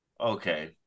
okay